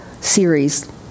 series